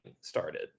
started